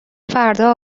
فردا